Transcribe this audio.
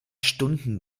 stunden